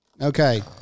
Okay